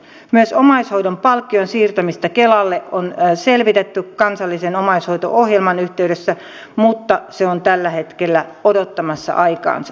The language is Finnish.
myös omaishoidon palkkion siirtämistä kelalle on selvitetty kansallisen omaishoito ohjelman yhteydessä mutta se on tällä hetkellä odottamassa aikaansa